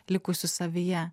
likusių savyje